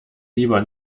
lieber